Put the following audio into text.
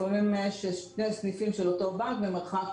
לפעמים שני סניפים של אותו בנק במרחק